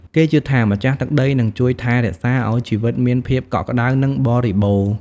គេជឿថា ម្ចាស់ទឹកដីនឹងជួយថែរក្សាឲ្យជីវិតមានភាពកក់ក្តៅ និងបរិបូរណ៍។